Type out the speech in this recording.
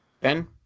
Ben